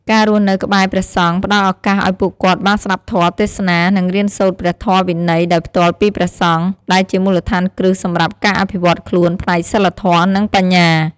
ការរស់នៅក្បែរព្រះសង្ឃផ្តល់ឱកាសឱ្យពួកគាត់បានស្តាប់ធម៌ទេសនា និងរៀនសូត្រព្រះធម៌វិន័យដោយផ្ទាល់ពីព្រះសង្ឃ ដែលជាមូលដ្ឋានគ្រឹះសម្រាប់ការអភិវឌ្ឍខ្លួនផ្នែកសីលធម៌ និងបញ្ញា។